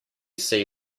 see